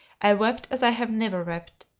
i wept as i have never wept.